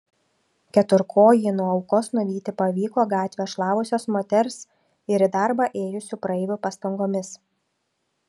keturkojį nuo aukos nuvyti pavyko gatvę šlavusios moters ir į darbą ėjusių praeivių pastangomis